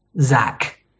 Zach